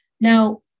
Now